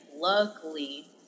luckily